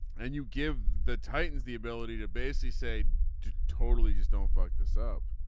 and you give the titans the ability to basically say to totally just don't fuck this up